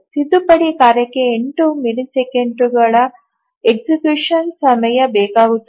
ತಿದ್ದುಪಡಿ ಕಾರ್ಯಕ್ಕೆ 8 ಮಿಲಿಸೆಕೆಂಡುಗಳ ಮರಣದಂಡನೆ ಸಮಯ ಬೇಕಾಗುತ್ತದೆ